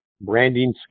branding